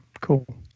cool